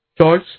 George